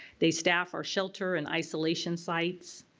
they staff our shelter and isolation sites,